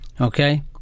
Okay